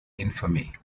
infamy